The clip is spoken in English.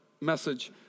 message